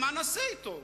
מה נעשה אתו?